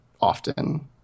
often